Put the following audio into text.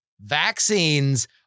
Vaccines